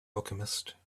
alchemist